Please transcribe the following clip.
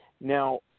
Now